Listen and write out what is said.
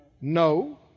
No